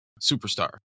superstar